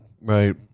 right